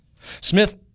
Smith